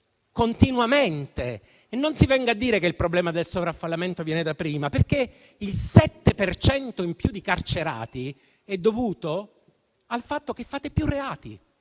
continuamente. Non si venga a dire che il problema del sovraffollamento viene da prima perché il 7 per cento in più di carcerati è dovuto al fatto che fate più reati